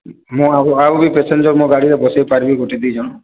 ମୁଁ ଆହୁରି ପାସେଞ୍ଜର ମୋ ଗାଡ଼ିରେ ବସେଇ ପାରିବି ଗୋଟିଏ ଦୁଇ ଜଣ